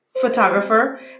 photographer